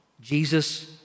Jesus